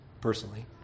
personally